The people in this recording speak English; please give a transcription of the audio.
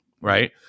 right